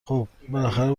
خوب، بالاخره